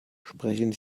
sprechen